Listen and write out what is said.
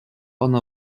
ono